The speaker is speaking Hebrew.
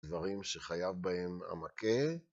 דברים שחייב בהם המכה